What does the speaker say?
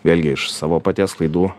vėlgi iš savo paties klaidų